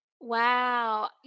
Wow